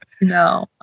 no